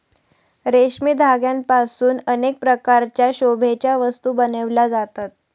रेशमी धाग्यांपासून अनेक प्रकारच्या शोभेच्या वस्तू बनविल्या जातात